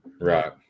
Right